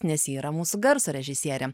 nes ji yra mūsų garso režisierė